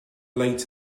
late